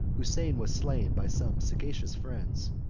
houssein was slain by some sagacious friends,